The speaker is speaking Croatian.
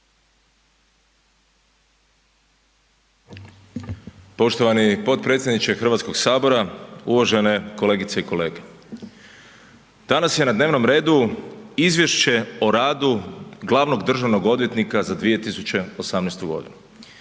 Poštovani potpredsjedniče Hrvatskog sabora, uvažene kolegice i kolege, danas je na dnevnom redu Izvješće o radu glavnog državnog odvjetnika za 2018. godinu.